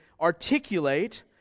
articulate